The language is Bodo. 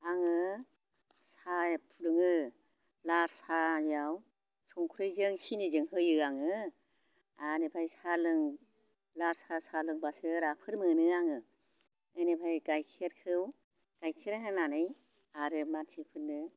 आङो साहा फुदुङो लाल साहयाव संख्रिजों सिनिजों होयो आङो बेनिफ्राय साहा लोङो लाल साहा लोंबासो राफोद मोनो आङो बेनिफ्राय गाइखेरखौ गाइखेर होनानै आरो मानसिफोरनो